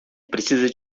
precisa